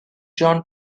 jean